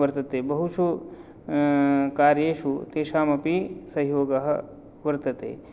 वर्तते बहुषु कार्येषु तेषामपि सहयोगः वर्तते